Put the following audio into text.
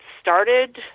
started